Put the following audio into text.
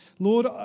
Lord